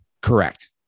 Correct